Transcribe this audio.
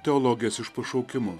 teologės iš pašaukimo